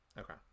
Okay